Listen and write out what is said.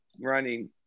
running